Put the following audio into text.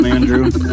Andrew